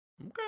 Okay